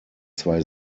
zwei